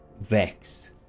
Vex